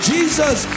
Jesus